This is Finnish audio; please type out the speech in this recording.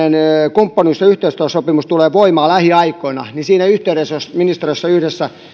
kumppanuus ja yhteistyösopimus tulee voimaan lähiaikoina niin siinä yhteydessä jos ministeriössä yhdessä